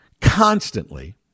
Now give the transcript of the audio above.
constantly